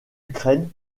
ukraine